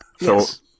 Yes